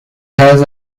has